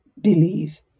believe